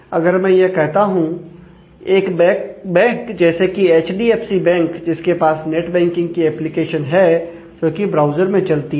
अगर मैं यह कहता हूं एक बैंक जैसे कि एचडीएफसी बैंक जिसके पास नेट बैंकिंग की एप्लीकेशन है जो कि ब्राउज़र में चलती है